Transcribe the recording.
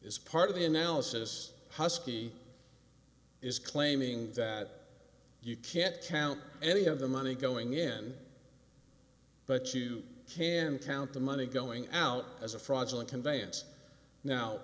is part of the analysis huskey is claiming that you can't count any of the money going in but you can count the money going out as a fraudulent conveyance now